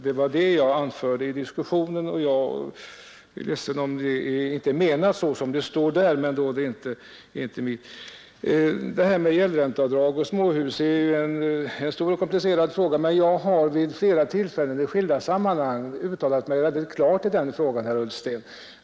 Det var den saken jag anförde i diskussionen, och jag är ledsen om det inte är menat som det står här. Men då är det inte mitt fel. Det här med gäldränteavdrag och småhus är en stor och komplicerad fråga. Jag har i skilda sammanhang uttalat mig klart i den frågan, herr Ullsten.